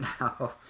now